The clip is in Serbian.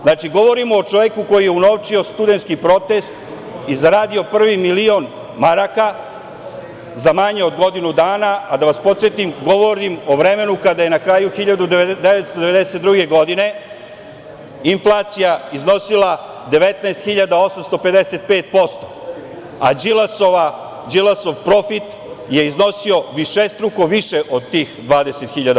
Znači, govorim o čoveku koji je unovčio studentski protest i zaradio prvi milion maraka za manje od godinu dana, a da vas podsetim, govorim o vremenu kada je na kraju 1992. godine inflacija iznosila 19.855%, a Đilasov profit je iznosio višestruko više od tih 20.000%